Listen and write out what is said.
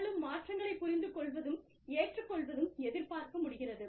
நிகழும் மாற்றங்களை புரிந்து கொள்வதும் ஏற்றுக் கொள்வதும் எதிர்பார்க்க முடிகிறது